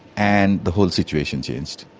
and the whole situation changed.